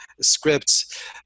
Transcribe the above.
scripts